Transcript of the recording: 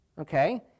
okay